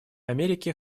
америке